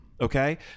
Okay